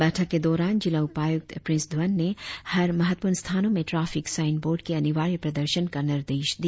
बैठक के दौरान जिला उपायुक्त प्रिंस धवन ने हर महत्वपूर्ण स्थानों में ट्राफिक साईन बोर्ड के अनिवार्य प्रर्दशन का निर्देश दिया